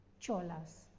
Cholas